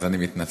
אז אני מתנצל.